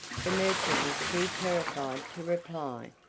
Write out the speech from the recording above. the merchant was too terrified to reply,